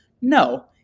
No